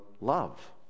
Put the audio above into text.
love